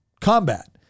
combat